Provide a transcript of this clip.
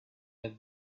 have